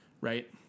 Right